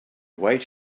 wait